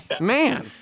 Man